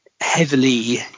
heavily